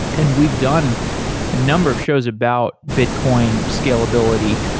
and we've done a number of shows about bitcoin scalability.